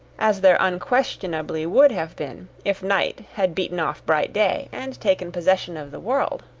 as there unquestionably would have been if night had beaten off bright day, and taken possession of the world.